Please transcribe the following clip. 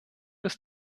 des